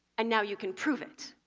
and now you can prove it!